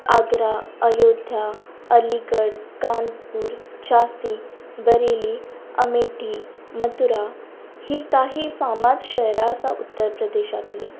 आग्रा अयोध्या अलिगड कानपूर झांसी बरेली अमेठी मथुरा हीं काही फामाद शहरां आसा उत्तर प्रदेशांतलीं